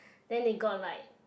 then they got like